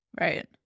Right